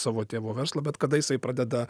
savo tėvo verslą bet kada jisai pradeda